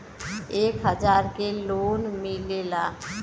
एक हजार के लोन मिलेला?